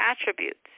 attributes